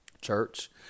Church